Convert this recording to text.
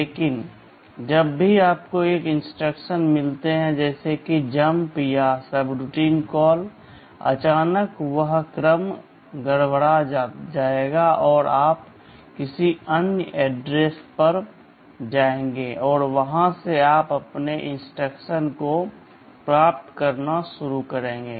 लेकिन जब भी आपको कुछ इंस्ट्रक्शन मिलते हैं जैसे कि जंप या सबरूटीन कॉल अचानक वह क्रम गड़बड़ा जाएगा और आप किसी अन्य एड्रेस पर जाएंगे और वहां से आप अपने इंस्ट्रक्शन को प्राप्त करना शुरू करेंगे